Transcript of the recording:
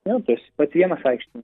nes tas pats vienas aikštėj